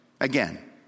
Again